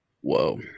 whoa